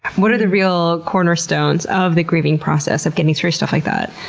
what are the real cornerstones of the grieving process, of getting through stuff like that?